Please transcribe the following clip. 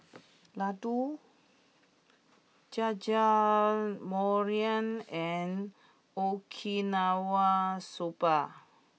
Ladoo Jajangmyeon and Okinawa Soba